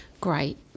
great